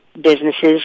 businesses